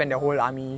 oh